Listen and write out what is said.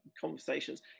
conversations